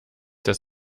das